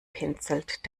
pinselt